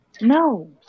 No